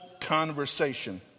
conversation